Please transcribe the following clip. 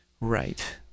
right